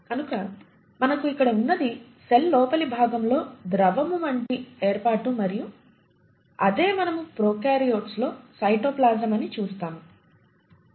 కనుక మనకు ఇక్కడ వున్నది సెల్ లోపలి భాగము లో ద్రవము వంటి ఏర్పాటు మరియు అదే మనము ప్రోకార్యోట్స్ లో సైటోప్లాస్మ్ అని చూసాము